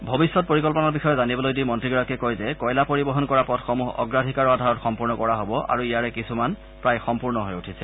ভৱিষ্যত পৰিকল্পনাৰ বিষয়ে জানিবলৈ দি মন্ত্ৰীগৰাকীয়ে কয় যে কয়লা পৰিবহন কৰা পথসমূহ অগ্ৰাধিকাৰৰ আধাৰত সম্পূৰ্ণ কৰা হব আৰু ইয়াৰে কিছুমান প্ৰায় সম্পূৰ্ণ হৈ উঠিছে